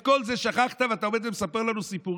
את כל זה שכחת ואתה עומד ומספר לנו סיפורים?